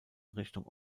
richtung